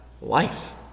life